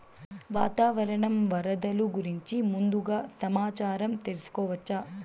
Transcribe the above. వాతావరణం వరదలు గురించి ముందుగా సమాచారం తెలుసుకోవచ్చా?